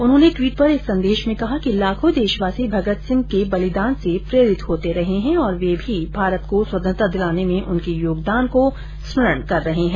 उन्होंने टवीट पर एक संदेश में कहा कि लाखों देशवासी भगत सिंह बलिदान से प्रेरित होते रहे है और वे भी भारत को स्वतंत्रता दिलाने में उनके योगदान को स्मरण कर रहे है